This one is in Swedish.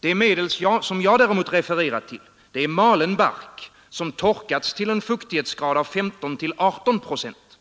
Det medel som jag däremot refererat till är malen bark som torkats till en fuktighetsgrad av 15—18 procent.